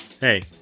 Hey